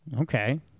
Okay